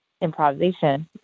improvisation